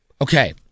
Okay